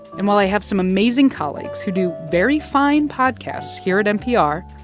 and while i have some amazing colleagues who do very fine podcasts here at npr,